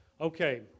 Okay